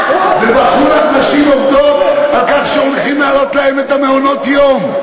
ובכו לך נשים עובדות על כך שהולכים להעלות להן את תעריפי מעונות-היום.